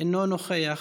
אינו נוכח.